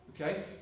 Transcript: Okay